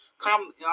come